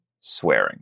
swearing